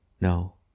No